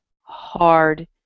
hard